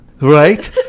right